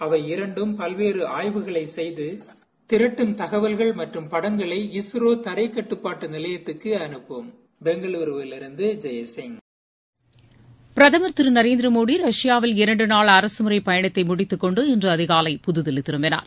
அவை இரண்டும் பல்வேறு ஆய்வுகளை செய்து திரட்டும் தகவல்கள் மற்றம் படங்களை இஸ்ரோ தரைக்கட்டுப்பாட்டு நிலையத்திற்கு அடைப்பும் பெங்களுருவிலிருந்து ஜெய்சிங் பிரதமர் திரு நரேந்திர மோடி ரஷ்யாவில் இரண்டு நாள் அரசுமுறை பயணத்தை முடித்துக்கொண்டு இன்று அதிகாலை புதுதில்லி திரும்பினார்